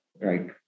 Right